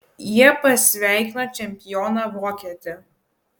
jie pasveikino čempioną vokietį